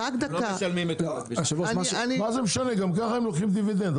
מה זה משנה גם ככה הם לוקחים דיבידנד,